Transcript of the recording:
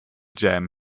jam